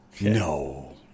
No